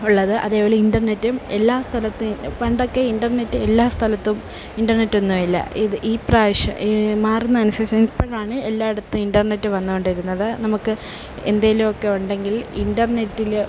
ഉള്ളത് അതേപോലെ ഇൻ്റ്ർനെറ്റും എല്ലാസ്ഥലത്തും പണ്ടൊക്കെ ഇൻ്റർനെറ്റ് എല്ലാസ്ഥലത്തും ഇൻ്റർനെറ്റൊന്നും ഇല്ല ഇത് ഈ പ്രാവശ്യം മാറുന്നത് അനുസരിച്ചു ഇപ്പോഴാണ് എല്ലായിടത്തും ഇൻ്റർനെറ്റ് വന്നുകൊണ്ടിരുന്നത് നമുക്ക് എന്തെങ്കിലുമൊക്കെ ഉണ്ടെങ്കിൽ ഇൻറ്റർനെറ്റിൽ